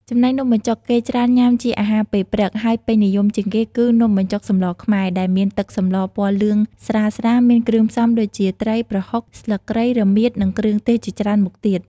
ចំណែកនំបញ្ចុកគេច្រើនញាំជាអាហារពេលព្រឹក ហើយពេញនិយមជាងគេគឺ នំបញ្ចុកសម្លរខ្មែរ ដែលមានទឹកសម្លរពណ៌លឿងស្រាលៗ មានគ្រឿងផ្សំដូចជា ត្រី ប្រហុក ស្លឹកគ្រៃ រមៀត និងគ្រឿងទេសជាច្រើនមុខទៀត ។